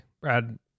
brad